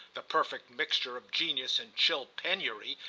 the perfect mixture of genius and chill penury,